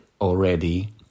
already